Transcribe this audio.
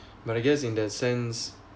but I guess in that sense